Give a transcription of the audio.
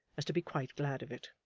as to be quite glad of it